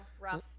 rough